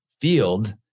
field